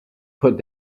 put